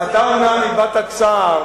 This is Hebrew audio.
בכל זאת, חבר הכנסת בר-און, אתה אומנם הבעת צער